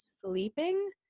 sleeping